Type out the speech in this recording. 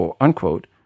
unquote